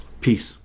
Peace